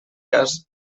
cas